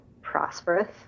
prospereth